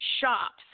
shops